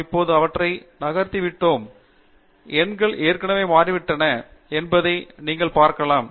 நான் இப்போது அவற்றை நகர்த்திவிட்டேன் எண்கள் ஏற்கனவே மாறிவிட்டன என்பதை நீங்கள் பார்க்கலாம்